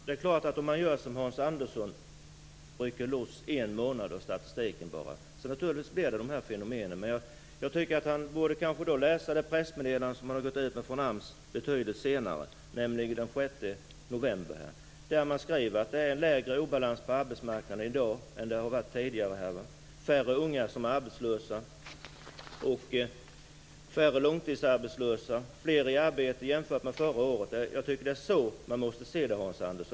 Herr talman! Om man gör som Hans Andersson, rycker loss en månad ur statistiken, får man naturligtvis de här fenomenen. Jag tycker att han borde läsa det pressmeddelande som har gått ut från AMS betydligt senare, nämligen den 6 november. Där skriver man att det är lägre obalans på arbetsmarknaden i dag än det har varit tidigare. Det är färre unga som är arbetslösa och färre som är långtidsarbetslösa. Det är fler i arbete än förra året. Jag tycker att det är så man måste se det, Hans Andersson.